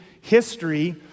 history